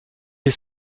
est